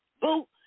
boo